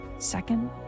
Second